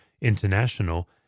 international